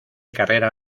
carrera